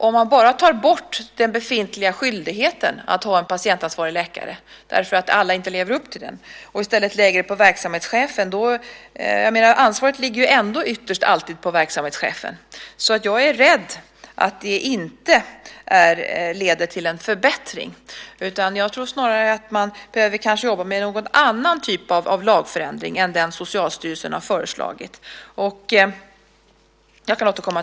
Om man bara tar bort den befintliga skyldigheten att ha en patientansvarig läkare, därför att alla inte lever upp till den, och i stället lägger den på verksamhetschefen är jag rädd att det inte leder till en förbättring. Jag menar att ansvaret ändå alltid ytterst ligger på verksamhetschefen. Jag tror snarare att man kanske behöver jobba med någon annan typ av lagförändring än den Socialstyrelsen har föreslagit.